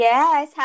Yes